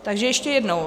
Takže ještě jednou.